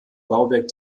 bauwerk